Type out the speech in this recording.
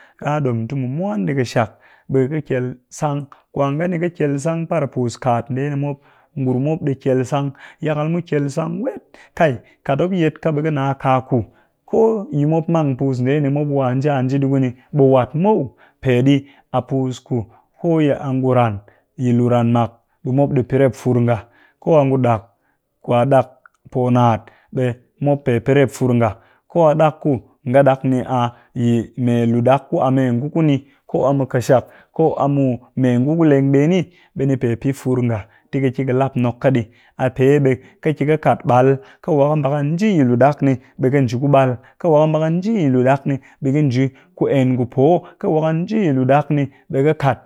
Ɗa ɗom ti mwan ɗii ƙɨshak ɓe ƙɨ kyel sang, kwa ngan ni ka kyel sang par puus kaat ndee ni mop, ngurum mop ɗi kyel sang yakal mu kyel sang wet kai! Kat mop yet ka ɓe ka nna kaku ko yi mop mang puus ndee ni mop wa nji a nji ɗii ku ni ɓe wat muw. Pedi, a puus ku ko yi a ngu ran yi lu ran mak ɓe mop di pɨ rep fur nga, ko yi a yi ngu dak ku a poo nnat ɓe mop ɗi pɨ rep fur nga ko a ɗak ku nga yi ɗak ni yi mme lu ɗak ku a mee ngu ku ni ko a mu ƙɨshak, ko a mu mee ngu ku leng ɓeni ɓe ni pe pɨ fur nga ti ka lap nok ka ɗii a pee mbii ka ki ka kat ɓal ƙɨ wa ƙɨ mba ka nji yi lu ɗak ni ɓe ka nji ku ɓal, ƙɨ wa ƙɨ nji lu ɗak ni ɓi ƙɨ nji ku en ku poh ƙɨ wa ƙɨ nji lu ɗak ni ɓe ƙɨ kat